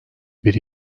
bir